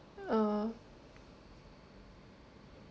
uh